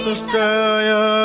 Australia